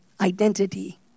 identity